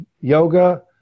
yoga